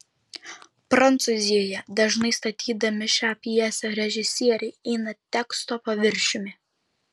prancūzijoje dažnai statydami šią pjesę režisieriai eina teksto paviršiumi